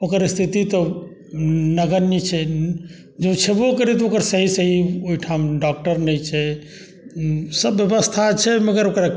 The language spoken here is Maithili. ओकर स्थिति तऽ नगण्य छै जे ओ छेबो करै तऽ ओकर सही सही ओहिठम डॉक्टर नहि छै सब बेबस्था छै मगर ओकरा